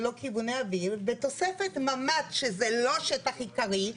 ללא כיווני אוויר ותוספת ממ"ד שזה לא שטח עיקרי.